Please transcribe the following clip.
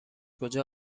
کجا